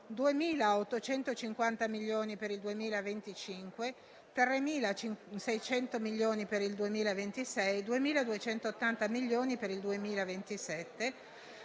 2.850 milioni per il 2025, 3.600 milioni per il 2026, 2.280 milioni per il 2027,